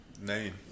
Name